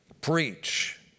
preach